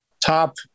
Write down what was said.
top